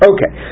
Okay